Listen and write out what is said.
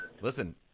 listen –